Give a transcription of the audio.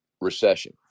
recession